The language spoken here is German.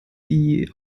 die